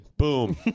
Boom